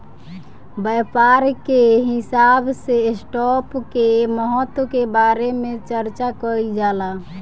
व्यापार के हिसाब से स्टॉप के महत्व के बारे में चार्चा कईल जाला